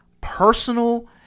personal